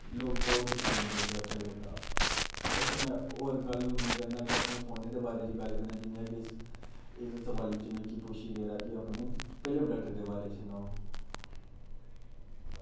लोक बोह्त कुछ मंगांदे इस वेबसाईट उप्परा अच्छा में और गल्ल हून निं करना कि में अपने फोने दे बारे च गल्ल करना जियां कि इस इस सवाल विच मिकी पुच्छेआ गेदा की अपनी पैह्ले प्रोडक्ट दे बारे च सनाओ